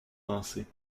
pensées